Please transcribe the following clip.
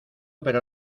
pero